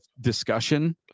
discussion